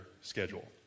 schedule